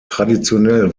traditionell